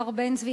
מר בן-צבי,